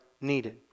needed